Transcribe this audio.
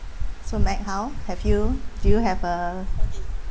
so mag how have you do you have a